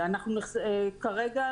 קודם כול,